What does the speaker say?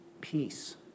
peace